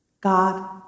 God